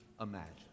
imagine